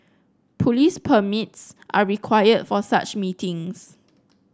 police permits are required for such meetings